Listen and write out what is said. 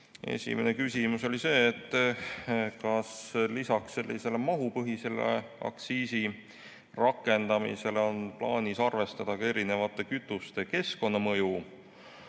Esimene küsimus oli see, kas lisaks sellisele mahupõhisele aktsiisi rakendamisele on plaanis arvestada ka erinevate kütuste keskkonnamõju